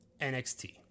NXT